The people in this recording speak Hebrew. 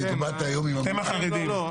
אתם החרדים.